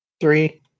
Three